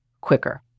quicker